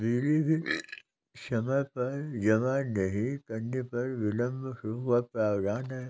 बिजली बिल समय पर जमा नहीं करने पर विलम्ब शुल्क का प्रावधान है